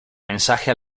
mensaje